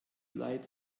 leid